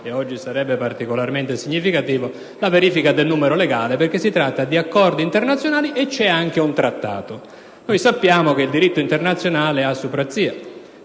- oggi sarebbe particolarmente significativo - la verifica del numero legale, perché si tratta di Accordi internazionali, tra i quali c'è anche un Trattato. Sappiamo che il diritto internazionale ha suprazia